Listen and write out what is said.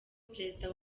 perezida